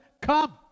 Come